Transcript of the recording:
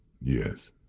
Yes